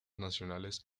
nacionales